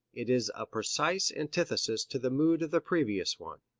it is a precise antithesis to the mood of the previous one.